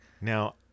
Now